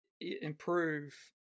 improve